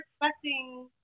expecting